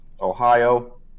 Ohio